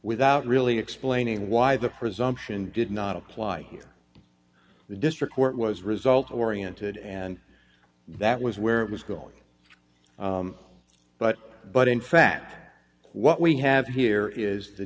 without really explaining why the presumption did not apply here the district court was results oriented and that was where it was going but but in fact what we have here is the